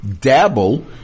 dabble